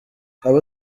abo